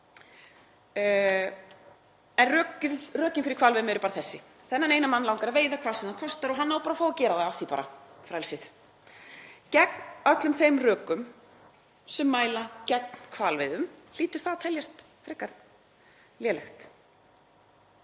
En rökin fyrir hvalveiðum eru bara þessi. Þennan eina mann langar að veiða hvað sem það kostar og hann á bara að fá að gera það af því bara — frelsið. Gegn öllum þeim rökum sem mæla gegn hvalveiðum hlýtur það að teljast frekar lélegt.